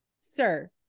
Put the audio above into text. sir